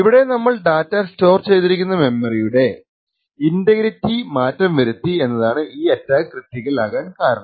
ഇവിടെ നമ്മൾ data store ചെയ്തിരിക്കുന്ന മെമ്മറിയുടെ ഇന്റഗ്രിറ്റി മാറ്റം വരുത്തി എന്നതാണ് ഈ അറ്റാക്ക് ക്രിട്ടിക്കൽ അകാൻ കാരണം